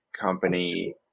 company